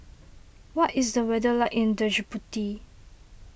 what is the weather like in Djibouti